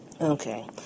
okay